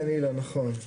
כן, אילן, נכון.